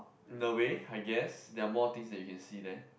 in a way I guess there are more things that you can see there